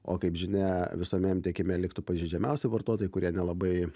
o kaip žinia visuomeniniam tiekime liktų pažeidžiamiausi vartotojai kurie nelabai